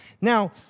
Now